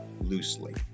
loosely